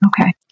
Okay